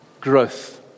growth